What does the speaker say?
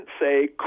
say